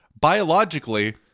biologically